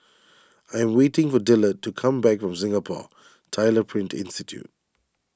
I am waiting for Dillard to come back from Singapore Tyler Print Institute